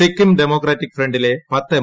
Sikkim democratic ഫ്രണ്ടിലെ പത്ത് M